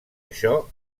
això